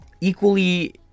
equally